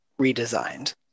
redesigned